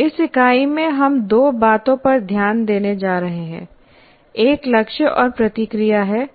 इस इकाई में हम दो बातों पर ध्यान देने जा रहे हैं एक लक्ष्य और प्रतिक्रिया है